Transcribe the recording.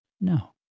No